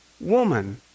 woman